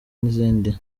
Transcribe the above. n’izindi